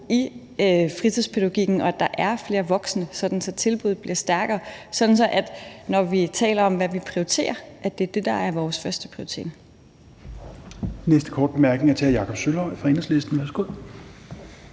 i fritidspædagogikken, og at der er flere voksne, sådan så tilbuddet bliver stærkere, og at vi, når vi taler om, hvad vi prioriterer, siger, at det er det, der er vores førsteprioritet.